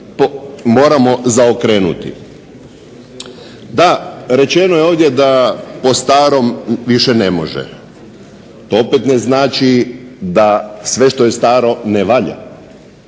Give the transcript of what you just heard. moramo zaokrenuti. Da, rečeno je ovdje da po starom više ne može. To opet ne znači da sve što je staro ne valja,